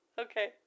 Okay